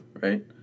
right